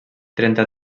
trenta